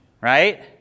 Right